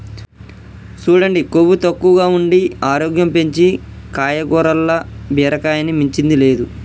సూడండి కొవ్వు తక్కువగా ఉండి ఆరోగ్యం పెంచీ కాయగూరల్ల బీరకాయని మించింది లేదు